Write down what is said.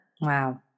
Wow